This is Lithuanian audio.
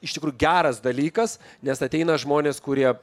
iš tikrųjų geras dalykas nes ateina žmonės kurie